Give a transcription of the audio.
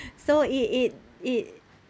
so it it it